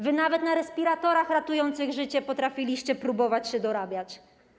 Wy nawet na respiratorach ratujących życie potrafiliście próbować się dorabiać.